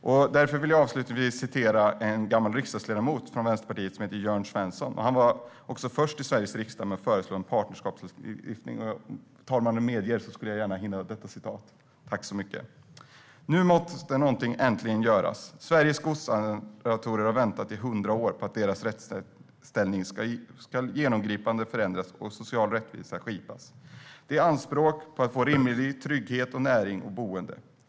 Jag vill avslutningsvis citera en gammal riksdagsledamot från Vänsterpartiet som heter Jörn Svensson - han var också först i Sveriges riksdag med att föreslå en partnerskapslagstiftning. Om talmannen medger det skulle jag gärna hinna med detta citat: "Nu måste äntligen något göras! Sveriges godsarrendatorer har väntat i 100 år på att deras rättsställning skall genomgripande förändras och social rättvisa skipas. De har anspråk på att få en rimlig trygghet i näring och boende.